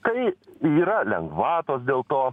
kai yra lengvatos dėl to